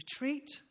retreat